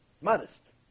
Modest